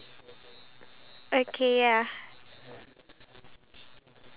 to actually give up whatever we have right now